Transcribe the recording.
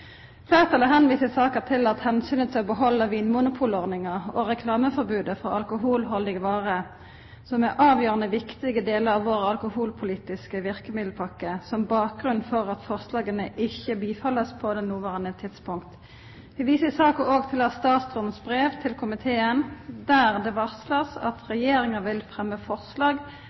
Flertallet henviser i saken til at det er hensynet til å beholde vinmonopolordningen og reklameforbudet for alkoholholdige varer som avgjørende viktige deler av vår alkoholpolitiske virkemiddelpakke som er bakgrunnen for at forslagene ikke bifalles på det nåværende tidspunkt. Vi viser i saken også til statsrådens brev til komiteen, der det varsles at regjeringen vil fremme forslag